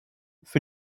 für